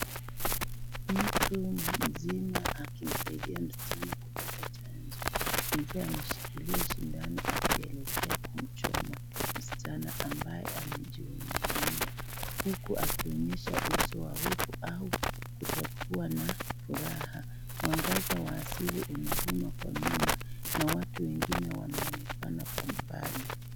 Mtu mzima akimsaidia msichana kupata chanjo mzee ameshikilia sindano ameelekea kumchoma, msichana ambaye amejiungania huku akionyesha uso wa hofu au kutokuwa na furaha, mwangaza wa asili unavuma kwa nyuma na watu wengine wanaonekana kwa umbali.